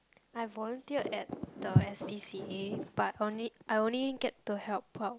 I volunteered at the s_p_c_a but only I only get to help out